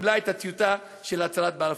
קיבלו את הטיוטה של הצהרת בלפור.